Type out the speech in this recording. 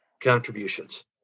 contributions